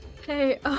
Hey